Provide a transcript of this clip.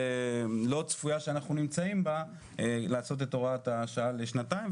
צפויה שאנחנו נמצאים בה כדאי לעשות את הוראת השעה לשנתיים.